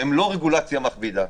הם לא רגולציה מכבידה,